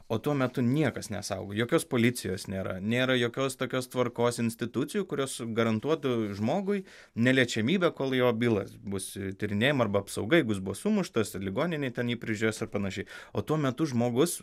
o tuo metu niekas nesaugojo jokios policijos nėra nėra jokios tokios tvarkos institucijų kurios garantuotų žmogui neliečiamybę kol jo byla bus tyrinėjama arba apsauga jeigu jis buvo sumuštas ir ligoninėj ten jį prižiūrės ar panašiai o tuo metu žmogus